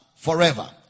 forever